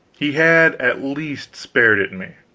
he had at least spared it me.